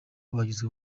bagizwe